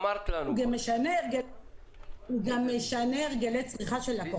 הוא גם משנה הרגלי צריכה של לקוחות.